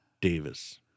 Davis